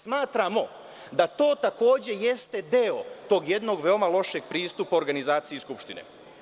Smatramo da to takođe jeste deo tog jednog veoma lošeg pristupa organizaciji Skupštine.